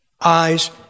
Eyes